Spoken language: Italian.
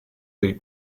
dei